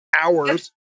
hours